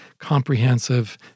comprehensive